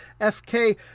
FK